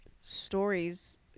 stories